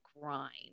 grind